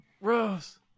Rose